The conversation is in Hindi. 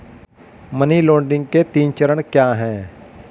मनी लॉन्ड्रिंग के तीन चरण क्या हैं?